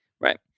right